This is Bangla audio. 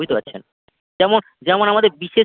বুঝতে পারছেন যেমন যেমন আমাদের বিশেষ